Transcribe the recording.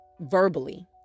verbally